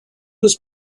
was